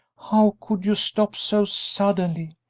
how could you stop so suddenly!